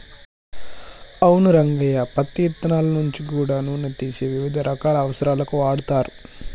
అవును రంగయ్య పత్తి ఇత్తనాల నుంచి గూడా నూనె తీసి వివిధ రకాల అవసరాలకు వాడుతరు